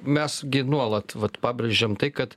mes gi nuolat vat pabrėžiam tai kad